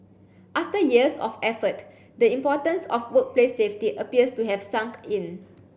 after years of effort the importance of workplace safety appears to have sunk in